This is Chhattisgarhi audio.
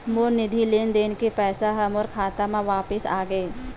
मोर निधि लेन देन के पैसा हा मोर खाता मा वापिस आ गे